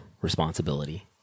responsibility